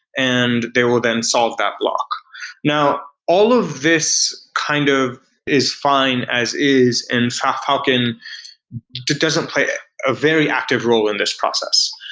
and they will then solve that block now all of this kind of is fine as is and falcon doesn't play a very active role in this process.